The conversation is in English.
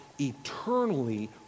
eternally